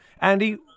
Andy